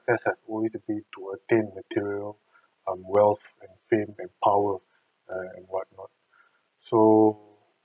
~cess has always been to attain material um wealth and fame and power and what not so